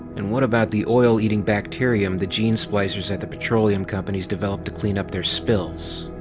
and what about the oil-eating bacterium the gene-splicers at the petroleum companies developed to clean up their spills?